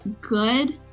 good